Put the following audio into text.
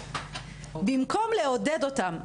ובמקום לעודד אותן,